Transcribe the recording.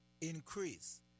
increase